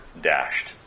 dashed